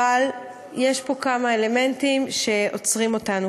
אבל יש פה כמה אלמנטים שעוצרים אותנו.